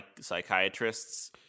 psychiatrists